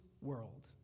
world